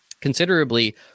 considerably